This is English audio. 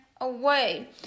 away